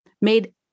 made